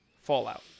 fallout